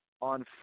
on